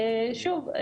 שוב,